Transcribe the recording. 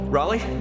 Raleigh